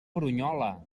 brunyola